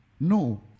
No